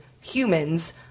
humans